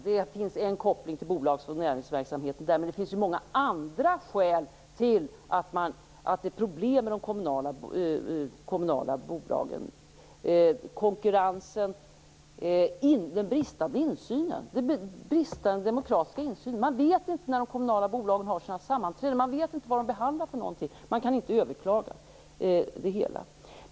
Det finns en koppling till bolags och näringsverksamhet, men det finns många andra skäl till att det är problem med de kommunala bolagen, nämligen konkurrensen och den bristande demokratiska insynen. Man vet inte när de kommunala bolagen har sina sammanträden och vad de behandlar på dem. Det går inte att överklaga det hela.